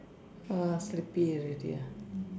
!wah! sleepy already ah